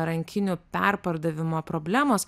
rankinių perpardavimo problemos